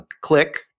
click